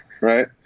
right